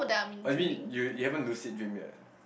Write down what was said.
I mean you you haven't lucid dream yet